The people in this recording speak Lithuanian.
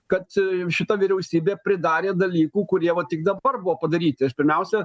kad šita vyriausybė pridarė dalykų kurie va tik dabar buvo padaryti aš pirmiausia